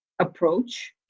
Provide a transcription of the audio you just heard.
approach